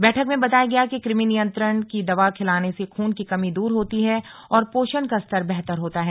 बैठक में बताया गया कि कृमि नियंत्रण की दवा खिलाने से खून की कमी दूर होती है और पोषण का स्तर बेहतर होता है